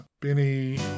Benny